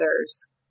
others